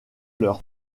leurs